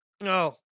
No